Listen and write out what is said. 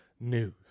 news